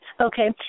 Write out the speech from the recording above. Okay